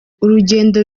urugendo